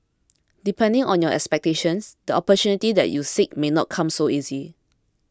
depending on your expectations the opportunities that you seek may not come so easy